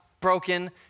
broken